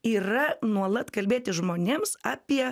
yra nuolat kalbėti žmonėms apie